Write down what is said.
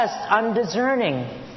undiscerning